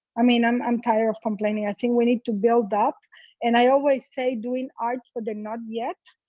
i mean, i'm i'm tired of complaining. i think we need to build up and i always say doing art for the not yet.